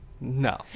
no